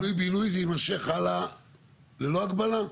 ובפינוי בינוי, זה יימשך הלאה ללא הגבלה?